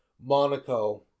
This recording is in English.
Monaco